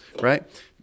Right